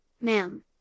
ma'am